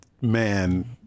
man